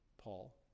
Paul